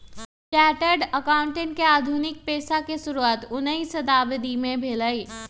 chartered accountant के आधुनिक पेशा के शुरुआत उनइ शताब्दी में भेलइ